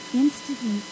instantly